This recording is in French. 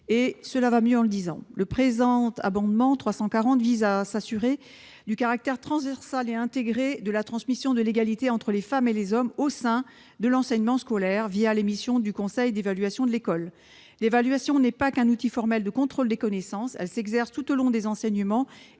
Et cela va mieux en le disant. L'amendement n° 340 rectifié a pour objet de s'assurer du caractère transversal et intégré de la transmission de l'égalité entre les femmes et les hommes au sein de l'enseignement scolaire, les missions du conseil d'évaluation de l'école. L'évaluation n'est pas qu'un outil formel de contrôle des connaissances. Elle s'exerce tout au long des enseignements